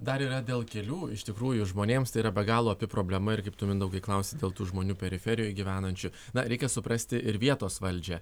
dar yra dėl kelių iš tikrųjų žmonėms tai yra be galo opi problema ir kaip tu mindaugai klausi dėl tų žmonių periferijoj gyvenančių na reikia suprasti ir vietos valdžią